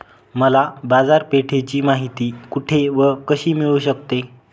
मला बाजारपेठेची माहिती कुठे व कशी मिळू शकते?